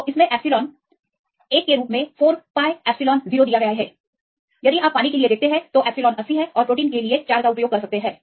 तो इन में इसे 1 के रूप में 4 पाय एप्सिलॉन 0 दिया गया है या आप पानी के लिए एप्सिलॉन का 80 और प्रोटीन के लिए 4 का उपयोग कर सकते हैं